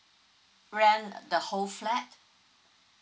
rent the whole flat